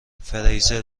فریزر